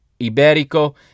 Iberico